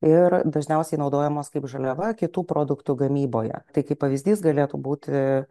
ir dažniausiai naudojamos kaip žaliava kitų produktų gamyboje tai kaip pavyzdys galėtų būti